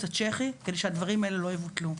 הצ'כי כדי שהדברים האלה לא יבוטלו.